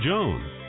Jones